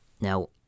now